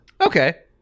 Okay